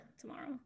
tomorrow